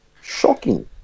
Shocking